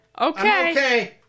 okay